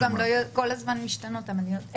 וגם כל הזמן משתנות המדינות.